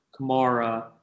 Kamara